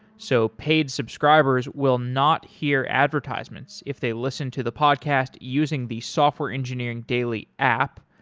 so paid subscribers will not hear advertisements if they listen to the podcast using the software engineering daily app.